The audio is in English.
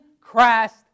Christ